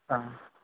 ஆ